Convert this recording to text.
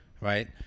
right